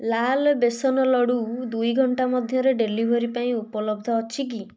ଲାଲ ବେସନ ଲଡ଼ୁ ଦୁଇ ଘଣ୍ଟା ମଧ୍ୟରେ ଡେଲିଭରି ପାଇଁ ଉପଲବ୍ଧ ଅଛି କି